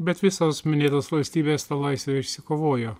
bet visos minėtos valstybės tą laisvę išsikovojo